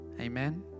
Amen